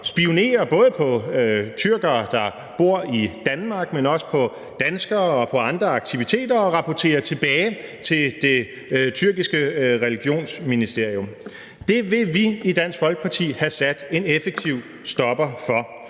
spionerer mod tyrkere, der bor i Danmark, men også mod danskere og mod andre aktiviteter og rapporterer tilbage til det tyrkiske religionsministerium. Det vil vi i Dansk Folkeparti have sat en effektiv stopper for.